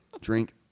Drink